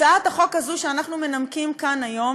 הצעת החוק הזו שאנחנו מנמקים כאן היום